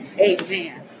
Amen